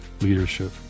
leadership